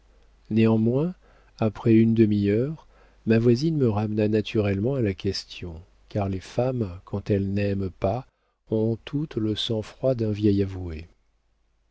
néanmoins après une demi-heure ma voisine me ramena naturellement à la question car les femmes quand elles n'aiment pas ont toutes le sang-froid d'un vieil avoué